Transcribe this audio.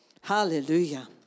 Hallelujah